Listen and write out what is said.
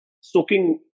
soaking